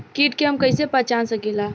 कीट के हम कईसे पहचान सकीला